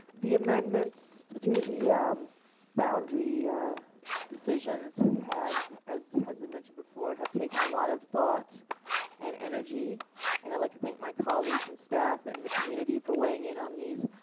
the amendments to to the boundary decisions have as has been mentioned before have taken a lot of thought and energy and i would like to thank my colleagues and staff in the community for weighing in on these.